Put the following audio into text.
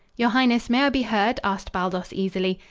your highness, may i be heard? asked baldos easily.